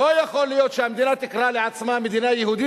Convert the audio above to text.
לא יכול להיות שהמדינה תקרא לעצמה מדינה יהודית